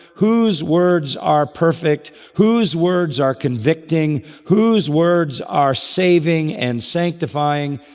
whose words are perfect, whose words are convicting, whose words are saving and sanctifying?